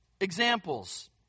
Examples